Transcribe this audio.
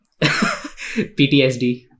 PTSD